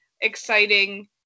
exciting